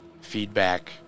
feedback